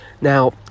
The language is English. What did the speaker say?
Now